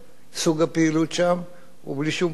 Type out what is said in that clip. סוג הפעילות שם הוא בלי שום פרופורציה.